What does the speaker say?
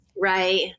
Right